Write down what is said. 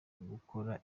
gukora